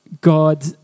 God